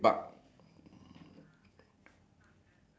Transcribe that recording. woman waiting for customer at a retail store